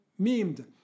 memed